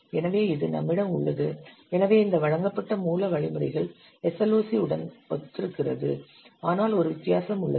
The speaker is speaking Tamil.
எனவே இது நம்மிடம் உள்ளது எனவே இந்த வழங்கப்பட்ட மூல வழிமுறைகள் SLOC உடன் மிகவும் ஒத்திருக்கிறது ஆனால் ஒரு வித்தியாசம் உள்ளது